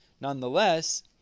nonetheless